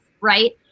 right